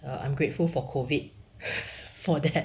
err I'm grateful for COVID for that